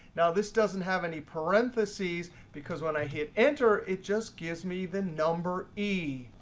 now this doesn't have any parentheses because when i hit enter it just gives me the number e.